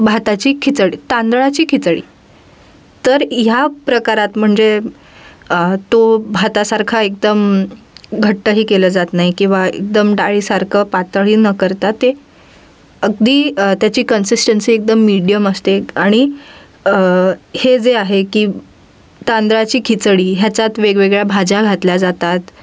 भाताची खिचडी तांदळाची खिचडी तर ह्या प्रकारात म्हणजे तो भातासारखा एकदम घट्टही केलं जात नाही किंवा एकदम डाळीसारखं पातळ ही न करता ते अगदी त्याची कन्सिस्टन्सी एकदम मिडियम असते आणि हे जे आहे की तांदळाची खिचडी ह्याच्यात वेगवेगळ्या भाज्या घातल्या जातात